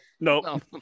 No